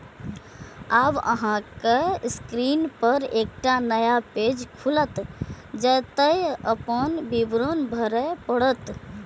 आब अहांक स्क्रीन पर एकटा नया पेज खुलत, जतय अपन विवरण भरय पड़त